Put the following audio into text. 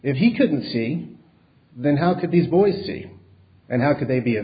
if he couldn't see then how could these boise and how could they be